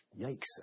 Yikes